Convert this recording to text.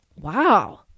wow